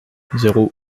zéro